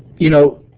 you know,